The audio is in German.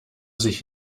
sich